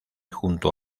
junto